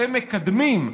אתם מקדמים,